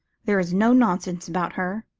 there is no nonsense about her.